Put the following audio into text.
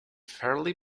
fairly